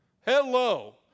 Hello